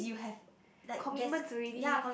commitments already